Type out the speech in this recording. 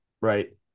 right